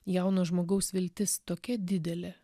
jauno žmogaus viltis tokia didelė